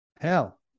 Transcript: hell